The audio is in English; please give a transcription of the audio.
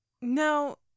No